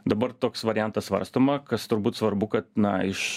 dabar toks variantas svarstoma kas turbūt svarbu kad na iš